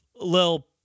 Lil